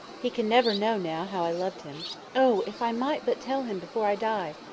he can never know now how i loved him oh! if i might but tell him, before i die!